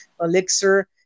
elixir